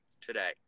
today